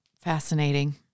Fascinating